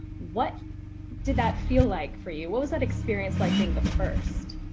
what did that feel like for you? what was that experience like, being the first?